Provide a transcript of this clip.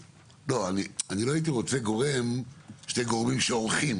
לא, אני לא הייתי רוצה גורם, שני גורמים שעורכים.